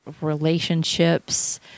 relationships